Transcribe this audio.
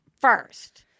first